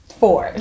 four